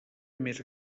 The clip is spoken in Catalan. més